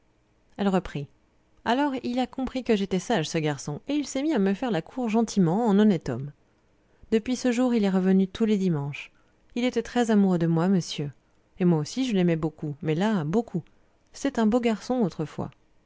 elle reprit alors il a compris que j'étais sage ce garçon et il s'est mis à me faire la cour gentiment en honnête homme depuis ce jour il est revenu tous les dimanches il était très amoureux de moi monsieur et moi aussi je l'aimais beaucoup mais là beaucoup c'était un beau garçon autrefois